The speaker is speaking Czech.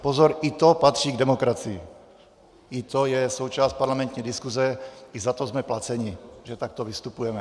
Pozor, i to patří k demokracii, i to je součást parlamentní diskuze, i za to jsme placeni, že takto vystupujeme.